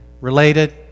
Related